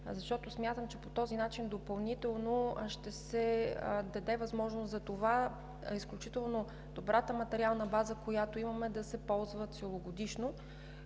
Смятам, че по този начин допълнително ще се даде възможност за това изключително добрата материална база, която имаме, да се ползва целогодишно.